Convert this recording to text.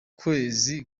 kwezi